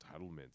entitlements